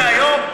אז למה לא מהיום?